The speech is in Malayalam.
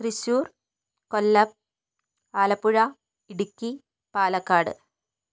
തൃശ്ശൂർ കൊല്ലം ആലപ്പുഴ ഇടുക്കി പാലക്കാട്